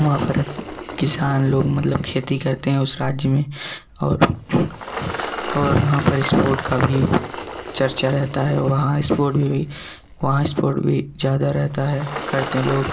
वहाँ पर किसान लोग मतलब खेती करते हैं उस राज्य में और और वहाँ पर स्पोर्ट का भी चर्चा रहता है वहाँ स्पोर्ट भी वहाँ स्पोर्ट भी ज्यादा रहता है करते लोग